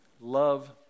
love